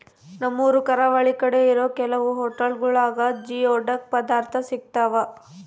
ನಮ್ಮೂರು ಕರಾವಳಿ ಕಡೆ ಇರೋ ಕೆಲವು ಹೊಟೆಲ್ಗುಳಾಗ ಜಿಯೋಡಕ್ ಪದಾರ್ಥ ಸಿಗ್ತಾವ